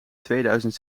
tweeduizend